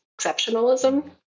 exceptionalism